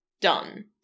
done